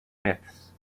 myths